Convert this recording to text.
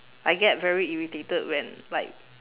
I get very irritated when like